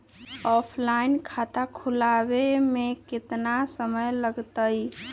Offline खाता खुलबाबे में केतना समय लगतई?